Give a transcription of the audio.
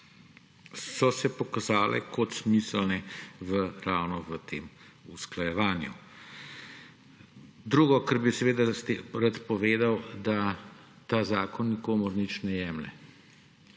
so se pokazale kot smiselne ravno v tem usklajevanju. Drugo, kar bi rad povedal, je, da ta zakon nikomur nič ne jemlje,